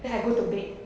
then I go to bed